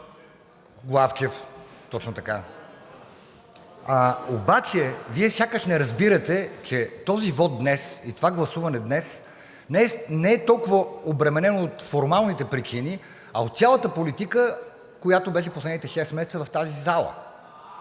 Обаче Вие сякаш не разбирате, че този вот днес и това гласуване днес не е толкова обременен от формалните причини, а от цялата политика, която беше последните шест месеца в тази зала.